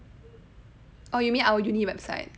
oh you mean our uni website